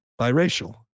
biracial